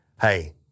hey